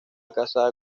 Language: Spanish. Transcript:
casada